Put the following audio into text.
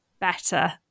better